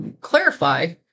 clarify